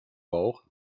bauch